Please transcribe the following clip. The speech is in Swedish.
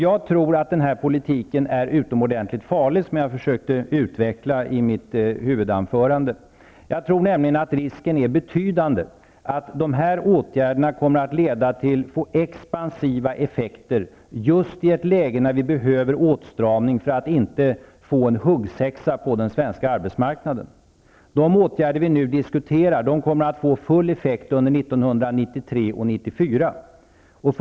Jag tror att denna politik är utomordentligt farlig, vilket jag försökte utveckla i mitt huvudanförande. Jag tror nämligen att risken är betydande för att dessa åtgärder kommer att få expansiva effekter just i ett läge där vi behöver åtstramning för att inte få en huggsexa på den svenska arbetsmarknaden. De åtgärder som vi nu diskuterar kommer att få full effekt under 1993 och 1994.